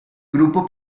grupo